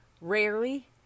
rarely